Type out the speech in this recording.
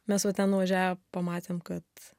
mes va ten nuvažiavę pamatėm kad